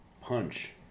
punch